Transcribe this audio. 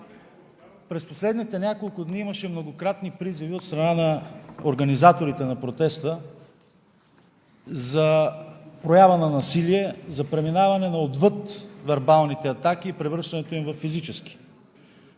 През последните няколко дни имаше многократни призиви от страна на организаторите на протеста за проява на насилие, за преминаване отвъд вербалните атаки и превръщането им във физически.